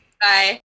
Bye